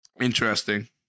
Interesting